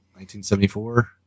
1974